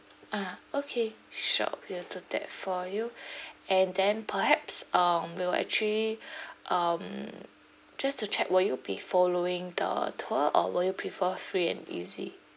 ah okay sure we'll do that for you and then perhaps um we'll actually um just to check will you be following the tour or will you prefer free and easy